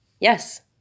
Yes